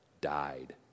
died